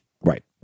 Right